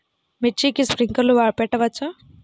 మిర్చికి స్ప్రింక్లర్లు పెట్టవచ్చా?